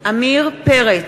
דוד רותם,